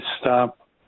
stop